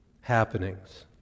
happenings